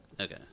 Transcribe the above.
Okay